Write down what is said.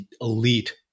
elite